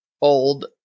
old